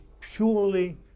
purely